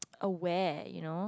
aware you know